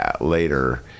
later